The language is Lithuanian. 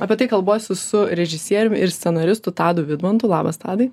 apie tai kalbuosi su režisieriumi ir scenaristu tadu vidmantu labas tadai